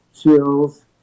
chills